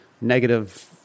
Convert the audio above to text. negative